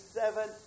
seven